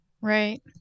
right